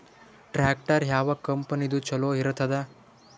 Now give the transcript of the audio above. Tractor ಯಾವ ಕಂಪನಿದು ಚಲೋ ಇರತದ?